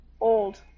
old